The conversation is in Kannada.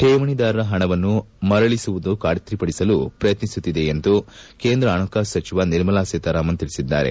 ಕೇವಣಿದಾರರ ಪಣವನ್ನು ಮರಳಿಸುವುದನ್ನು ಖಾತ್ರಿಪಡಿಸಲು ಪ್ರಯತ್ನಿಸುತ್ತಿದೆ ಎಂದು ಕೇಂದ್ರ ಪಣಕಾಸು ಸಚಿವೆ ನಿರ್ಮಲಾ ಸೀತಾರಾಮನ್ ತಿಳಿಸಿದ್ದಾರೆ